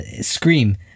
scream